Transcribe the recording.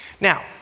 Now